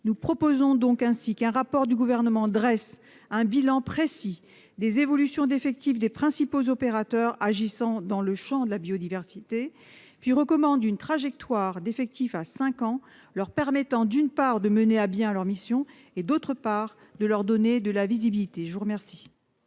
nous proposons donc ainsi qu'un rapport du gouvernement dresse un bilan précis des évolutions d'effectifs des principaux opérateurs agissant dans le Champ de la biodiversité, puis recommande une trajectoire d'effectifs à 5 ans leur permettant d'une part, de mener à bien leur mission, et d'autre part, de leur donner de la visibilité, je vous remercie.